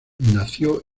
nació